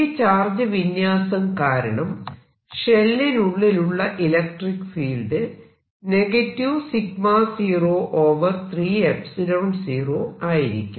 ഈ ചാർജ് വിന്യാസം കാരണം ഷെല്ലിനുള്ളിലുള്ള ഇലക്ട്രിക്ക് ഫീൽഡ് 0 30 ആയിരിക്കും